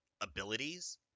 abilities